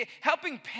helping